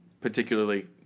particularly